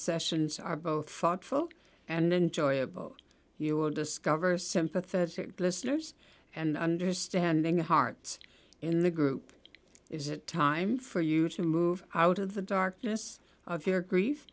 sessions are both thoughtful and enjoyable you will discover sympathetic listeners and understanding hearts in the group is it time for you to move out of the darkness